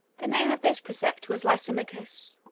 the name of this preceptor was lysimachus.